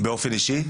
באופן אישי?